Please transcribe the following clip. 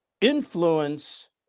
influence